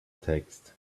text